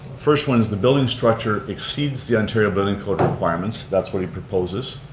first one is the building structure exceeds the ontario building code requirements, that's what he proposes.